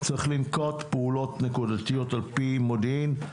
צריך לנקוט פעולות נקודתיות על פי מודיעין.